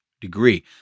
degree